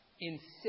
insist